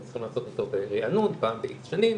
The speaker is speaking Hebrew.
והם צריכים לעשות על זה ברענון פעם ב-X שנים,